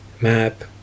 map